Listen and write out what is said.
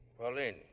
Pauline